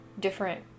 different